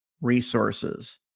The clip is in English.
resources